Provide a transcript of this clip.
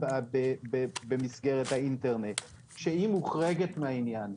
במסגרת האינטרנט שהיא מוחרגת מהעניין.